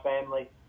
family